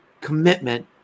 commitment